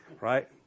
right